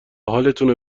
حالتونو